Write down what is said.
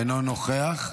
אינו נוכח.